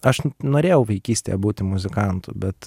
aš norėjau vaikystėje būti muzikantu bet